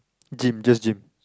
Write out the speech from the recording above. gym just gym